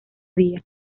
día